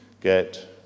get